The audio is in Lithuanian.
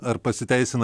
ar pasiteisina